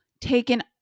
taken